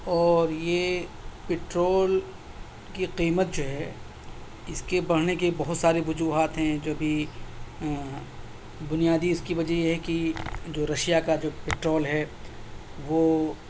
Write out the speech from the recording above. اور یہ پٹرول کی قیمت جو ہے اس کے بڑھنے کے بہت ساری وجوہات ہیں جو بھی بنیادی اس کی وجہ یہ ہے کہ جو رشیا کا جو پٹرول ہے وہ